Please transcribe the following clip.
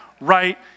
Right